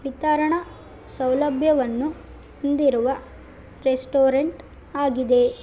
ವಿತರಣಾ ಸೌಲಭ್ಯವನ್ನು ಹೊಂದಿರುವ ರೆಸ್ಟೋರೆಂಟ್ ಆಗಿದೆ